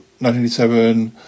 1987